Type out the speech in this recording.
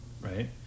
right